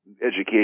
education